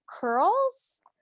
curls